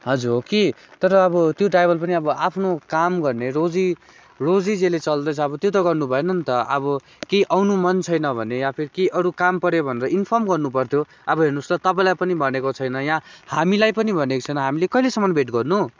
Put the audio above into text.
हजुर हो कि तर अब त्यो ड्राइभर पनि अब आफ्नो काम गर्ने रोजी रोजी जेले चल्दैछ अब त्यो त गर्नु भएन नि त अब कि आउनु मन छैन भने या फिर कि अरू काम पऱ्यो भने इन्फर्म गर्नुपर्थ्यो अब हेर्नोस् त तपाईँलाई पनि भनेको छैन यहाँ हामीलाई पनि भनेको छैन हामीले कहिलेसम्म वेट गर्नु